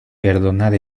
perdonar